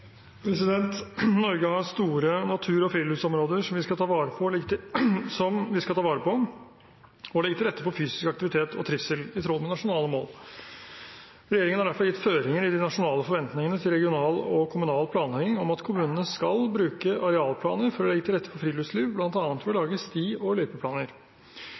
Norge har store natur- og friluftsområder som vi skal ta vare på og legge til rette for fysisk aktivitet og trivsel i tråd med nasjonale mål. Regjeringen har derfor gitt føringer i de nasjonale forventningene til regional og kommunal planlegging om at kommunene skal bruke arealplaner for å legge til rette for friluftsliv, bl.a. ved å lage sti- og løypeplaner.